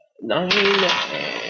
Nine